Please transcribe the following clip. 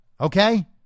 okay